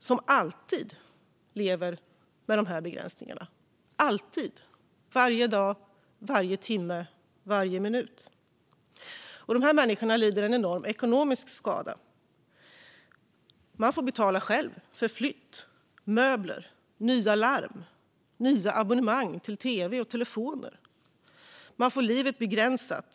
De lever alltid med dessa begränsningar - alltid, varje dag, varje timme, varje minut. Dessa människor lider en enorm ekonomisk skada. De får själva betala för flytt, möbler, nya larm och nya abonnemang till tv och telefoner. De får livet begränsat.